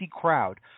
crowd